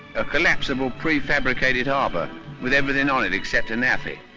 a collapsible pre-fabricated harbor with everything on it except a naffy.